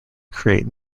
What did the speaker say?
create